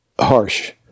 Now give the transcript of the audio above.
harsh